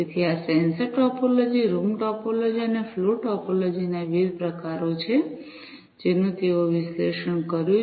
તેથી આ sensor topology room topology અને ફ્લો ટોપોલોજી ના વિવિધ પ્રકારો છે જેનું તેઓએ વિશ્લેષણ કર્યું છે